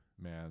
Man